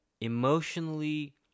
emotionally